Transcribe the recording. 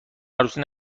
عروسی